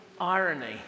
irony